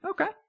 Okay